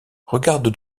regarde